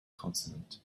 consonant